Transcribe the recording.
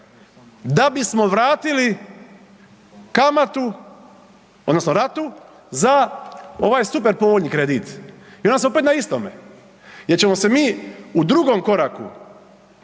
da bismo vratili kamatu odnosno ratu za ovaj super povoljni kredit. I onda smo opet na istome jer ćemo se mi u drugom koraku